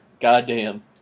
Goddamn